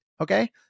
Okay